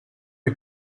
què